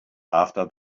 after